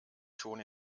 schon